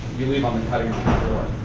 you leave on the cutting room